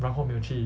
然后没有去